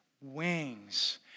wings